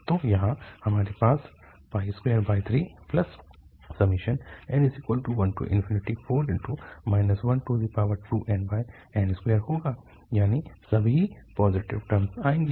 तो यहाँ हमारे पास 23n14 12nn2 होगा यानी सभी पाज़िटिव टर्म आएंगे